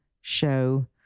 show